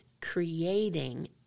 creating